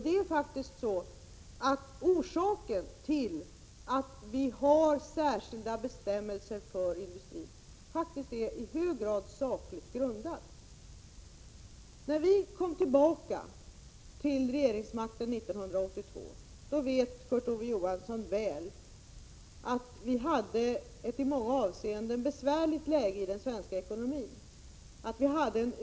Det finns faktiskt i hög grad sakligt grundade skäl till att vi har särskilda bestämmelser för industrin. När vi återtog regeringsmakten 1982 var det — och det vet Kurt Ove Johansson mycket väl — i många avseenden ett besvärligt läge för den svenska ekonomin.